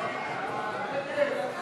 ההסתייגויות לסעיף 37, משרד